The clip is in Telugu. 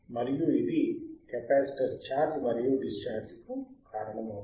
మరియు ఇది కెపాసిటర్ ఛార్జ్ మరియు డిశ్చార్జ్ కు కారణమవుతుంది